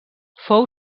fou